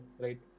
right